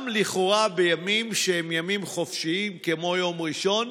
גם לכאורה בימים שהם ימים חופשיים, כמו יום ראשון,